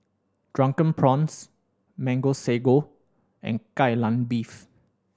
Drunken Prawns Mango Sago and Kai Lan Beef